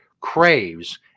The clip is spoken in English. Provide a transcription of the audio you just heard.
craves